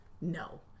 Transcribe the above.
No